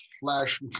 flash